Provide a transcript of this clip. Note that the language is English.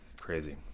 crazy